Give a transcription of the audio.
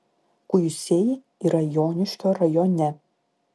kuisiai yra joniškio rajone